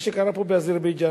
מה שקרה פה באזרבייג'ן,